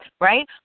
right